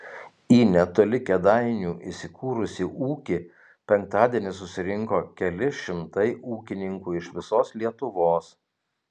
į netoli kėdainių įsikūrusį ūkį penktadienį susirinko keli šimtai ūkininkų iš visos lietuvos